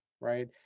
right